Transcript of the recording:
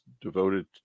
devoted